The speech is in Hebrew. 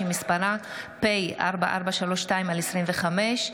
שמספרה פ/4432/24,